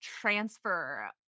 transfer